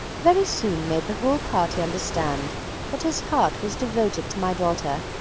very soon made the whole party understand that his heart was devoted to my daughter.